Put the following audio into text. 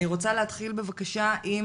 אני רוצה להתחיל בבקשה עם